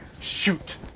shoot